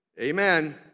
Amen